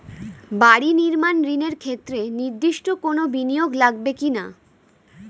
বাড়ি নির্মাণ ঋণের ক্ষেত্রে নির্দিষ্ট কোনো বিনিয়োগ লাগবে কি না?